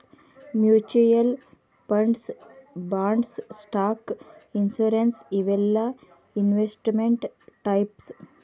mutual funds bonds stock insurance ಇವೆಲ್ಲಾ investment types